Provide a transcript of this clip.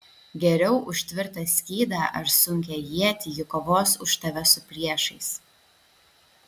geriau už tvirtą skydą ar sunkią ietį ji kovos už tave su priešais